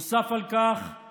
נוסף על כך,